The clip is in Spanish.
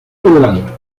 federal